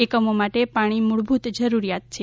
એકમો માટે પાણી મુળભુત જરૂરીયાત છે